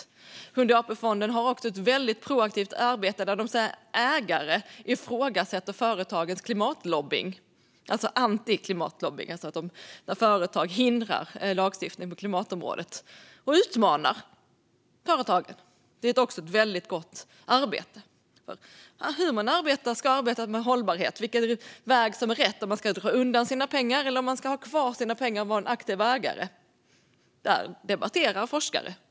Sjunde AP-fonden har också ett väldigt proaktivt arbete där de som ägare ifrågasätter företags antiklimatlobbying, det vill säga när företag vill hindra lagstiftning på klimatområdet, och utmanar företagen. Det är också ett väldigt gott arbete. Hur man ska arbeta med hållbarhet och vilken väg som är rätt - om man ska dra undan sina pengar eller om man ska ha kvar sina pengar och vara en aktiv ägare - debatterar forskare.